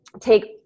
take